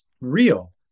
real